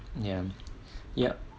ya yup